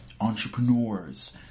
Entrepreneurs